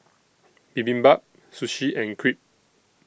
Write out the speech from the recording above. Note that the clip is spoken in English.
Bibimbap Sushi and Crepe